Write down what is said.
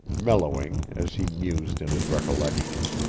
mellowing as he mused in his recollections.